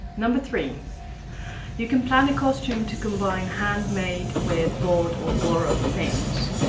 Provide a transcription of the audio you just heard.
number three you can plan a costume to combine handmade with bought or borrowed things.